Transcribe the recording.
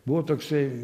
buvo toksai